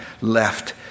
left